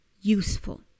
useful